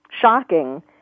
shocking